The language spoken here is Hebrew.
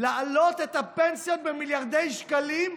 להעלות את הפנסיות במיליארדי שקלים,